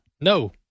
No